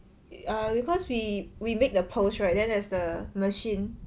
err because we we make the pearls right then there's the machine